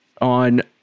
on